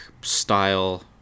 style